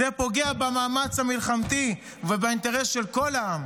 זה פוגע במאמץ המלחמתי ובאינטרס של כל העם.